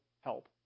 help